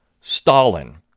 Stalin